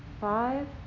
five